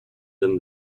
than